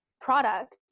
product